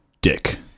dick